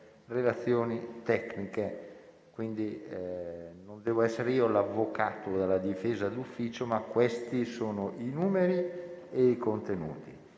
relazioni tecniche. Non devo essere io l'avvocato della difesa d'ufficio, ma questi sono i numeri e i contenuti.